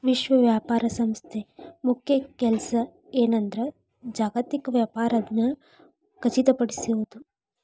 ವಿಶ್ವ ವ್ಯಾಪಾರ ಸಂಸ್ಥೆ ಮುಖ್ಯ ಕೆಲ್ಸ ಏನಂದ್ರ ಜಾಗತಿಕ ವ್ಯಾಪಾರನ ಖಚಿತಪಡಿಸೋದ್